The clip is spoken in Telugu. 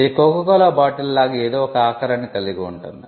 ఇది కోకాకోలా బాటిల్ లాగా ఏదో ఒక ఆకారాన్ని కలిగి ఉంటుంది